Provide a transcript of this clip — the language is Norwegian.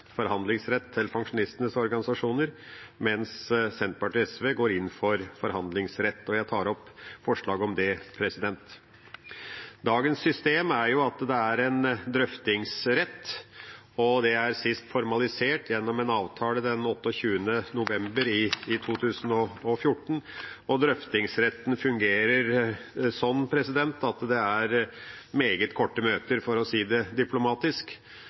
forhandlingsrett til pensjonistenes organisasjoner, mens Senterpartiet og SV går inn for forhandlingsrett. Jeg tar herved opp forslaget om det. Dagens system er at det er en drøftingsrett, og det ble sist formalisert gjennom en avtale den 28. november 2014. Drøftingsretten fungerer sånn at det er meget korte møter, for å si det diplomatisk.